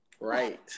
Right